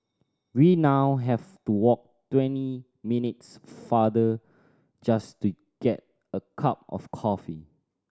we now have to walk twenty minutes farther just to get a cup of coffee